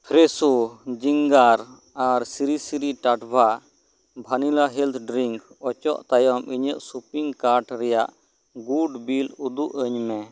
Fresho ginger ᱟᱨ Sri Sri Tattva vanilla health drink ᱚᱪᱚᱜ ᱛᱟᱭᱚᱢ ᱤᱧᱟᱜ ᱥᱚᱯᱤᱝ ᱠᱟᱨᱰ ᱨᱮᱭᱟᱜ ᱜᱩᱴ ᱵᱤᱞ ᱩᱫᱩᱜ ᱟᱹᱧᱢᱮ